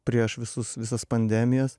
prieš visus visas pandemijas